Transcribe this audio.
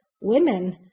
women